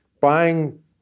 buying